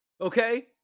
Okay